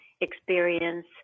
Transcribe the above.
experience